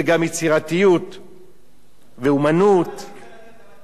ואמנות, יצירה, יצירה.